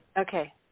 Okay